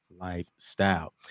lifestyle